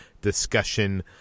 discussion